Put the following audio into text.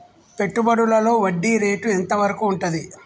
పెట్టుబడులలో వడ్డీ రేటు ఎంత వరకు ఉంటది?